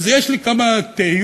אז יש לי כמה תהיות,